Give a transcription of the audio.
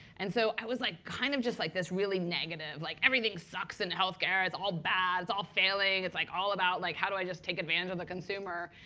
and so i was like kind of just like this really negative, like, everything sucks in health care. it's all bad. it's all failing. it's like all about, like how do i just take advantage of the consumer?